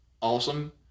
awesome